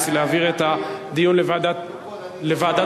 היא להעביר את הדיון לוועדת הפנים.